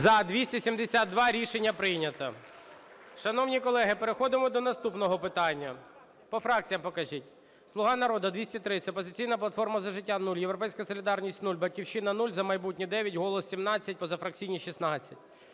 За-272 Рішення прийнято. Шановні колеги, переходимо до наступного питання. По фракціям покажіть. "Слуга народу" – 203, "Опозиційна платформа - За життя" – 0, "Європейська солідарність" – 0, "Батьківщина" – 0, "За майбутнє" – 9, "Голос" – 17, позафракційні – 16.